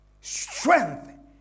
strength